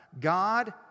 God